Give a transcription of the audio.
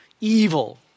Evil